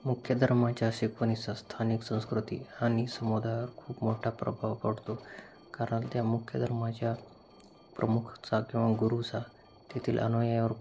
मुख्य धर्माच्या शिकवणीचा स्थानिक संस्कृती आणि समुदायावर खूप मोठा प्रभाव पडतो कारण त्या मुख्य धर्माच्या प्रमुखचा किंवा गुरुचा तेथील अनुयायांवर